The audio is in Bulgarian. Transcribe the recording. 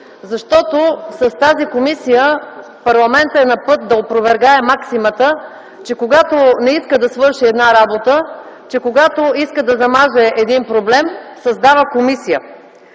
защото с тази комисия парламентът е на път да опровергае максимата, че когато не иска да свърши една работа, когато иска да замаже един проблем, създава комисия.